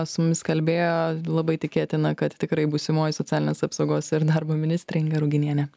su mumis kalbėjo labai tikėtina kad tikrai būsimoji socialinės apsaugos ir darbo ministrė inga ruginienė